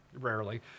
Rarely